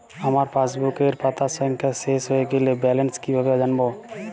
আমার পাসবুকের পাতা সংখ্যা শেষ হয়ে গেলে ব্যালেন্স কীভাবে জানব?